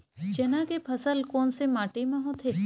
चना के फसल कोन से माटी मा होथे?